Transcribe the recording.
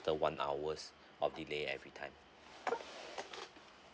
one hours of delay every time